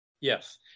Yes